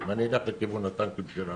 ואלך לכיוון הטנקים שלנו.